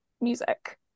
music